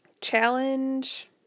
Challenge